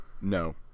no